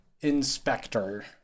Inspector